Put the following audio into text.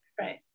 right